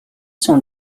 sont